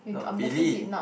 no really